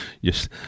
Yes